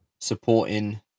supporting